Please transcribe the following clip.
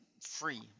free